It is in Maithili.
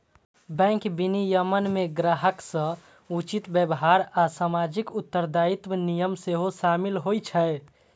बैंक विनियमन मे ग्राहक सं उचित व्यवहार आ सामाजिक उत्तरदायित्वक नियम सेहो शामिल होइ छै